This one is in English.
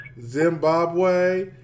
Zimbabwe